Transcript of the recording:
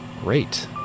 Great